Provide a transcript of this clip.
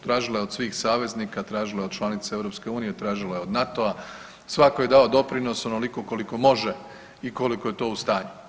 Tražila je od svih saveznika, tražila je od članica EU, tražila je od NATO-a, svako je dao doprinos onoliko koliko može i koliko je to u stanju.